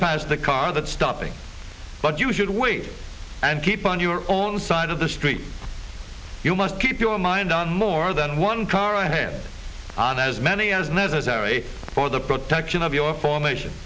pass the car that's stopping but you should wait and keep on your own side of the street you must keep your lined on more than one car ahead on as many as necessary for the production of your formation